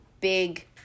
big –